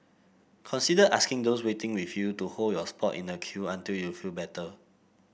consider asking those waiting with you to hold your spot in the queue until you feel better